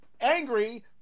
angry